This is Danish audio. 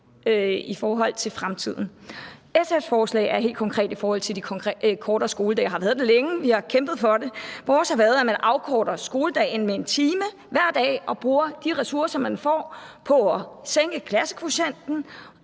skole på i fremtiden. SF's forslag er helt konkret en kortere skoledag og har været det længe. Vi har kæmpet for det. Vores forslag har været, at man afkorter skoledagen med 1 time hver dag og bruger de ressourcer, man får ved det, på at sænke klassekvotienten